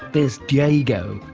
there's diego,